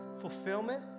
fulfillment